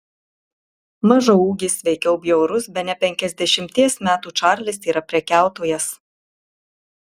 mažaūgis veikiau bjaurus bene penkiasdešimties metų čarlis yra prekiautojas